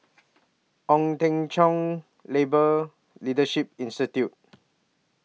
Ong Teng Cheong Labour Leadership Institute